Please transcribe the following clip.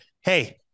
hey